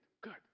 Good